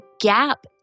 gap